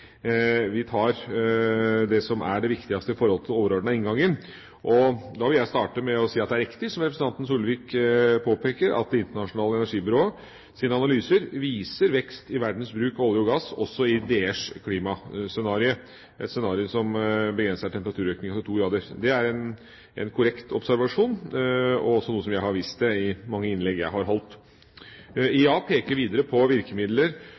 tar det som er det viktigste i forhold til den overordnede inngangen. Da vil jeg starte med å si at det er riktig, som representanten Solvik-Olsen påpeker, at Det internasjonale energibyråets analyser av klimascenarioet viser vekst i verdens bruk av olje og gass også i et scenario som begrenser temperaturøkningen til 2 grader. Det er en korrekt observasjon, og også noe som jeg har vist til i mange innlegg jeg har holdt. IEA peker videre på virkemidler